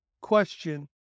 question